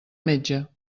metge